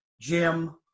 Jim